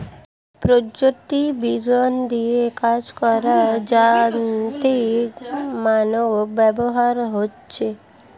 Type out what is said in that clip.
প্রযুক্তি বিজ্ঞান দিয়ে কাজ করার যান্ত্রিক মানব ব্যবহার হচ্ছে